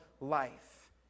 life